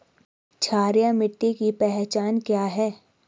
क्षारीय मिट्टी की पहचान क्या है?